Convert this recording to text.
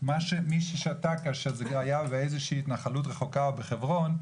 מי ששתק אשר זה היה באיזושהי התנחלות רחוקה בחברון,